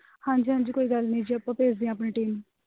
ਹਾਂਜੀ ਹਾਂਜੀ ਕੋਈ ਗੱਲ ਨਹੀਂ ਜੀ ਆਪਾਂ ਭੇਜਦੇ ਹਾਂ ਆਪਣੀ ਟੀਮ